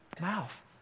mouth